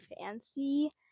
fancy